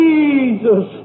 Jesus